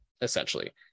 essentially